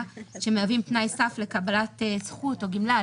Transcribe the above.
שמהווים תנאי סף לקבלת זכות או גמלה.